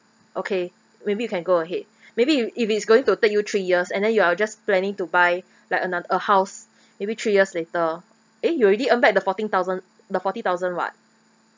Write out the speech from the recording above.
okay maybe you can go ahead maybe you if it's going to take you three years and then you are just planning to buy like ano~ a house maybe three years later eh you already earn back the fourteen thousand the forty thousand [what]